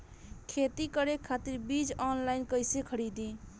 खेती करे खातिर बीज ऑनलाइन कइसे खरीदी?